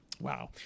Wow